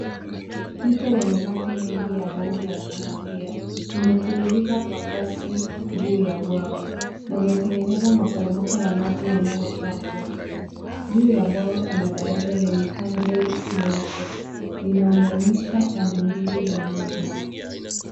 Mto wenye maji mengi ya rangi ya kahawia unatiririka kwa kasi juu ya bwawa na unatengeneza maporomoko ya maji yanayotoa povu. Juu ya bwawa kuna daraja lenye handrails nyeupe. Linaunganisha pande mbili za mto.